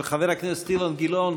של חבר הכנסת אילן גילאון.